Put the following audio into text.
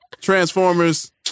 Transformers